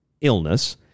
illness